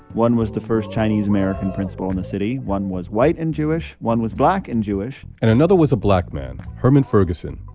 one was the first chinese american principal in the city. one was white and jewish. one was black and jewish and another was a black man, herman ferguson,